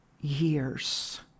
years